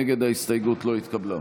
ההסתייגות לא התקבלה.